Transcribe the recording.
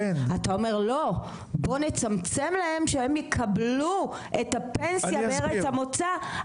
אתה אומר בוא נצמצם להם שהם יקבלו את הפנסיה בארץ המוצא,